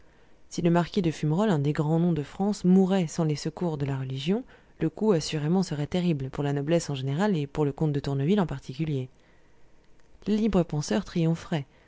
si le marquis de fumerol un des grands noms de france mourait sans les secours de la religion le coup assurément serait terrible pour la noblesse en général et pour le comte de tourneville en particulier les libre penseurs triompheraient